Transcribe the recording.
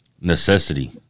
necessity